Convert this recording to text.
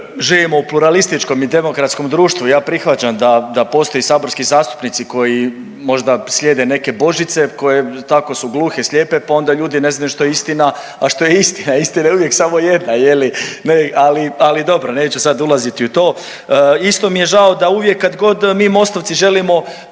Živimo u pluralističkom i demokratskom društvu. Ja prihvaćam da postoje saborski zastupnici koji možda slijede neke božice koje tako su gluhe i slijepe, pa onda ljudi ne znaju što je istina. A što je istina? Istina je uvijek samo jedna Je li? Ali dobro, neću sada ulaziti u to. Isto mi je žao da uvijek kada god mi Mostovci želimo